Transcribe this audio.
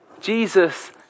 Jesus